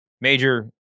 major